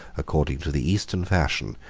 according to the eastern fashion,